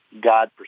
God